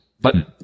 Button